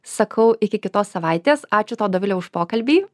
sakau iki kitos savaitės ačiū tau dovile už pokalbį